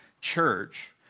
church